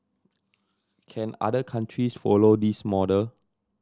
can other countries follow this model